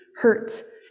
hurt